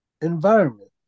environment